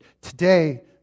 Today